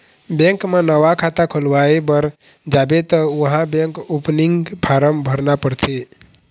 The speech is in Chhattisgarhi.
बेंक म नवा खाता खोलवाए बर जाबे त उहाँ बेंक ओपनिंग फारम भरना परथे